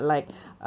ya